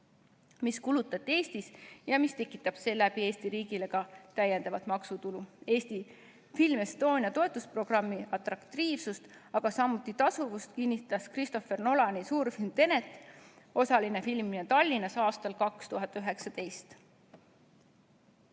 mis kulutati Eestis ja mis tekitab seeläbi Eesti riigile ka täiendavat maksutulu. Eesti Film Estonia toetusprogrammi atraktiivsust, samuti selle tasuvust kinnitas Christopher Nolani suurfilmi "Tenet" osaline filmimine Tallinnas aastal 2019.